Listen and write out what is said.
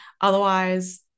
Otherwise